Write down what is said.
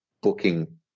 booking